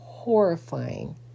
horrifying